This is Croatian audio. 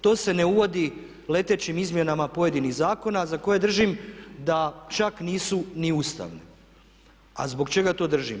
To se ne uvodi letećim izmjenama pojedinih zakona za koje držim da čak nisu ni ustavne, a zbog čega to držim?